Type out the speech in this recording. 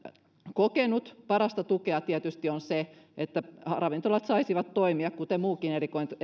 kokenut parasta tukea tietysti on se että ravintolat saisivat toimia kuten muukin